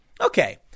Okay